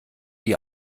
die